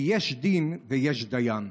כי יש דין ויש דיין.